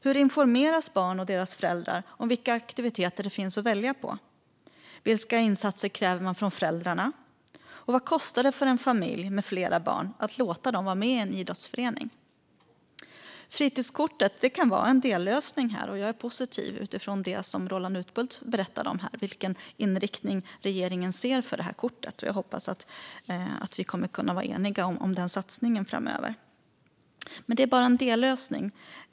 Hur informeras barn och deras föräldrar om vilka aktiviteter det finns att välja på? Vilka insatser kräver man från föräldrarna? Vad kostar det för en familj med flera barn att låta dem vara med i en idrottsförening? Fritidskortet kan vara en dellösning, och jag är positiv utifrån det som Roland Utbult berättade om vilken inriktning regeringen ser för detta kort. Jag hoppas att vi kommer att kunna vara eniga om den satsningen framöver, men det är bara en dellösning.